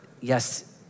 yes